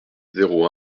zéro